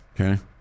Okay